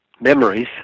memories